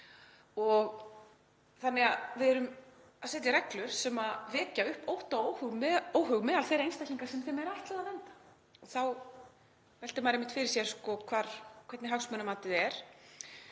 að verði. Við erum að setja reglur sem vekja upp ótta og óhug meðal þeirra einstaklinga sem þeim er ætlað að vernda. Þá veltir maður einmitt fyrir sér hvernig hagsmunamatið er.